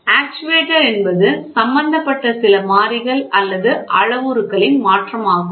actuator என்பது சம்பந்தப்பட்ட சில மாறிகள் அல்லது அளவுருக்களின் மாற்றமாகும்